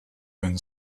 been